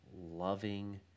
loving